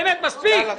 מספיק.